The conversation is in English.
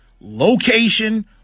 location